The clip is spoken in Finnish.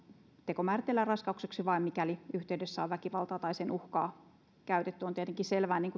teko määritellään raiskaukseksi vain mikäli sen yhteydessä on väkivaltaa tai sen uhkaa käytetty on tietenkin selvää niin